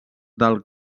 del